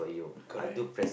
correct